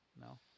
no